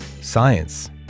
science